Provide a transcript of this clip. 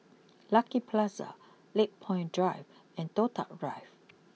Lucky Plaza Lakepoint Drive and Toh Tuck Drive